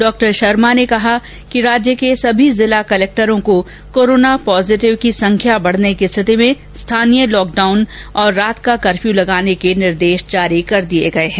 डॉ शर्मा ने कहा कि राज्य के सभी जिला कलेक्टरों को कोरोना पॉजीटिव की संख्या बढ़ने की स्थिति में स्थानीय लॉकडाउन और रात का कर्फ्यू लगाने के निर्देश जारी कर किये गये हैं